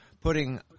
putting